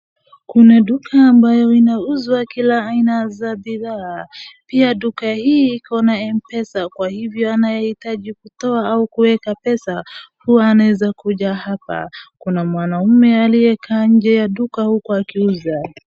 Kuna duka ambayo inauzwa kila aina za bidhaa. Pia duka hii iko na Mpesa kwa hivyo anaye hitaji kutoa au kuweka pesa huwa anaeza kuja hapa. kuna mwanaume aliyekaa nje ya duka huku akiuza.